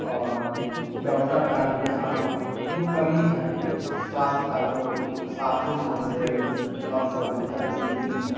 और डॉक्टर का भी यहाँ बहुत ही कमी है स्वास्थ्य का तो साफ़ ही जो है से बद से बदतर स्थिति है